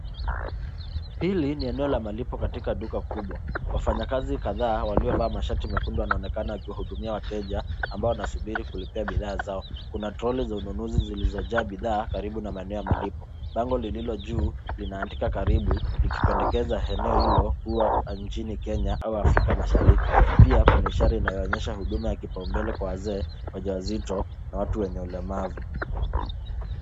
Hili ni eneo la malipo katika duka kubwa. Wafanyakazi kadhaa waliovaa mashati mekundu wanaonekana wakihudumia wateja ambao wanasubiri kulipia bidhaa zao. Kuna troli za ununuzi zilizojaa bidhaa karibu na eneo ya malipo. Bango lililo juu linaandika karibu likipenedekeza eneo hilo kuwa nchini Kenya au Afrika Mashariki. Pia kuna ishara inayoonyesha huduma ya kipaumbele kwa wazee wajawazito na watu wenye ulemavu.